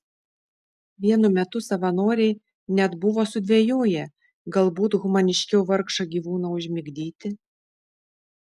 vienu metu savanoriai net buvo sudvejoję galbūt humaniškiau vargšą gyvūną užmigdyti